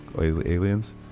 aliens